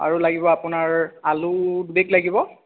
আৰু লাগিব আপোনাৰ আলু দুবেগ লাগিব